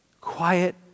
quiet